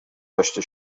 داشته